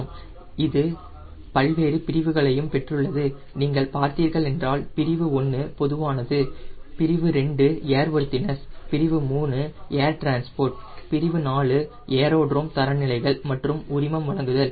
இது பல்வேறு பிரிவுகளையும் பெற்றுள்ளது நீங்கள் பார்த்தீர்கள் என்றால் பிரிவு 1 பொதுவானது பிரிவு 2 ஏர்வர்தினஸ் பிரிவு 3 ஏர் டிரான்ஸ்போர்ட் பிரிவு 4 ஏரோட்ரோம் தரநிலைகள் மற்றும் உரிமம் வழங்குதல்